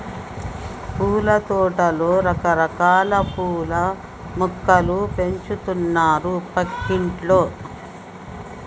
పూలతోటలో రకరకాల పూల మొక్కలు పెంచుతున్నారు పక్కింటోల్లు